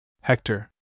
Hector